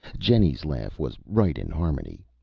jenny's laugh was right in harmony.